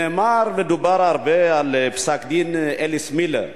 נאמר ודובר הרבה על פסק-דין אליס מילר,